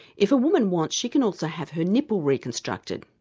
if a woman wants she can also have her nipple reconstructed.